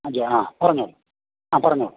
ആതെ പറഞ്ഞോളൂ ആ പറഞ്ഞോളൂ